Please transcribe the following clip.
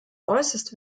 äußerst